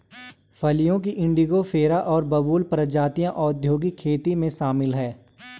फलियों की इंडिगोफेरा और बबूल प्रजातियां औद्योगिक खेती में शामिल हैं